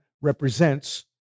represents